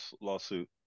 lawsuit